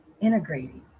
integrating